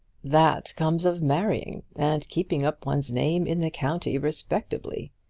that comes of marrying and keeping up one's name in the county respectably!